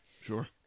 Sure